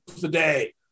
today